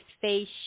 face